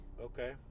Okay